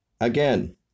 Again